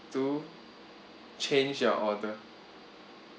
two change your order